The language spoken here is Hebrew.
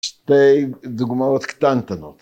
שתי דוגמאות קטנטנות.